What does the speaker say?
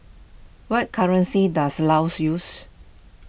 what currency does Laos use